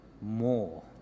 more